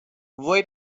voi